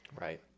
Right